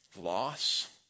Loss